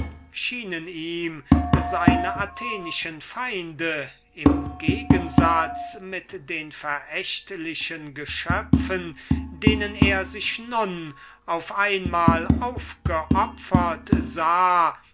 schienen ihm seine atheniensische feinde im gegensatz mit den verächtlichen kreaturen denen er sich nun auf ein mal aufgeopfert sah